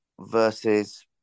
versus